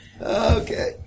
Okay